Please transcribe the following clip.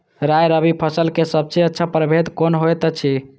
राय रबि फसल के सबसे अच्छा परभेद कोन होयत अछि?